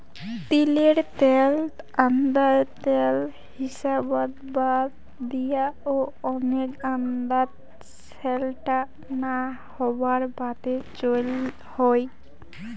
তিলের ত্যাল আন্দার ত্যাল হিসাবত বাদ দিয়াও, ওনেক আন্দাত স্যালটা না হবার বাদে চইল হই